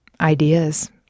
ideas